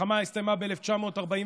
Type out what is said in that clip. המלחמה הסתיימה ב-1945,